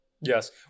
Yes